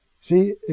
See